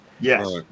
Yes